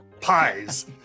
pies